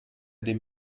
dem